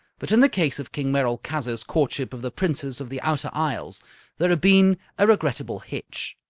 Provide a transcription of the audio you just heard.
but in the case of king merolchazzar's courtship of the princess of the outer isles there had been a regrettable hitch.